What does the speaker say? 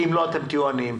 אם לא אתם תהיו עניים.